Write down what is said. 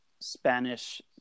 Spanish